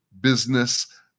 Business